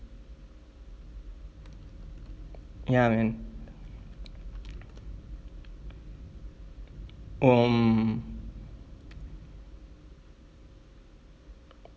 ya man um